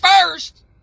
first